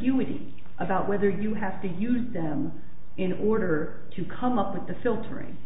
unity about whether you have to use them in order to come up with the filtering